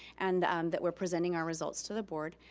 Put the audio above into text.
and that we're presenting our results to the board,